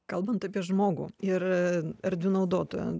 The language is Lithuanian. kalbant apie žmogų ir erdvių naudotoją